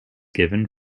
given